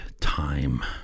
time